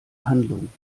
handlung